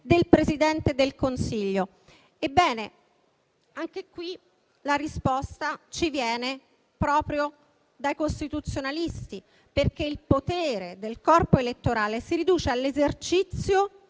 del Presidente del Consiglio. Ebbene, anche qui la risposta ci viene proprio dai costituzionalisti: perché il potere del corpo elettorale si riduce all'esercizio